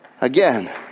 Again